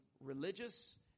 religious